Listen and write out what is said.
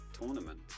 tournament